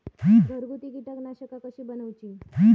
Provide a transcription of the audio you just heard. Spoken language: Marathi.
घरगुती कीटकनाशका कशी बनवूची?